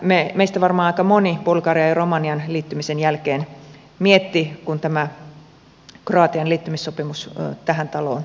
tätä meistä varmaan aika moni bulgarian ja romanian liittymisen jälkeen mietti kun tämä kroatian liittymissopimus tähän taloon tuli